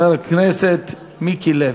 חבר הכנסת מיקי לוי.